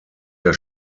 der